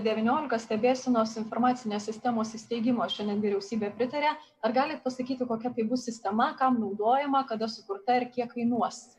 devyniolika stebėsenos informacinės sistemos įsteigimo šiandien vyriausybė pritaria ar galit pasakyti kokia tai bus sistema kam naudojama kada sukurta ar kiek kainuos